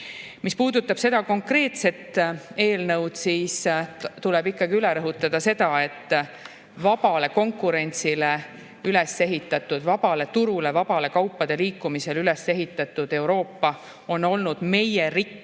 Mis puudutab seda konkreetset eelnõu, siis tuleb üle rõhutada, et vabale konkurentsile üles ehitatud, vabale turule, vabale kaupade liikumisele üles ehitatud Euroopa on olnud meie rikkuse